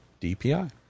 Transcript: DPI